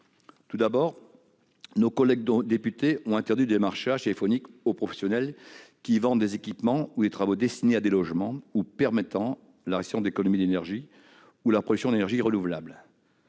nationale. Nos collègues députés ont interdit le démarchage téléphonique aux professionnels qui vendent des équipements ou des travaux « destinés à des logements et permettant la réalisation d'économies d'énergie ou la production d'énergies renouvelables